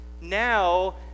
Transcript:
now